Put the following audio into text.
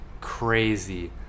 crazy